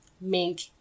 mink